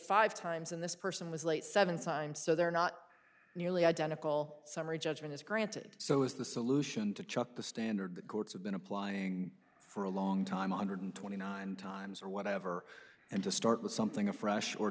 five times and this person was late seven sime so they're not nearly identical summary judgment is granted so is the solution to chuck the standard the courts have been applying for a long time honored twenty nine times or whatever and to start with something afresh or